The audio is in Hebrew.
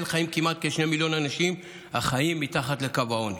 כמעט כשני מיליון אנשים חיים מתחת לקו העוני.